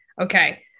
okay